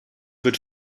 wird